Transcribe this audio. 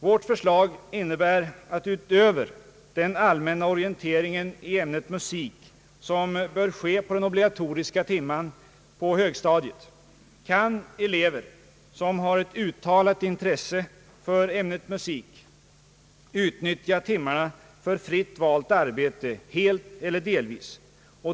Vårt förslag innebär att utöver den allmänna orienteringen i ämnet musik, som bör ges under den obligatoriska timmen på högstadiet, kan elever som har ett utpräglat intresse för ämnet musik utnyttja timmarna för fritt valt arbete helt eller delvis.